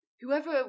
whoever